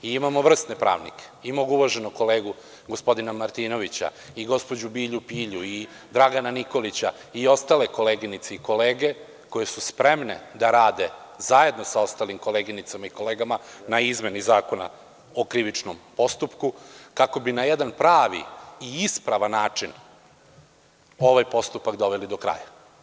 Imamo vrsne pravnike i mog uvaženog kolegu gospodina Martinovića, i gospođu Bilju Pilju i Dragana Nikolića i ostale koleginice i kolege koje su spremne da rade zajedno sa ostalim koleginicama i kolegama na izmeni Zakona o krivičnom postupku, kako bi na jedan pravi i ispravan način ovaj postupak doveli do kraja.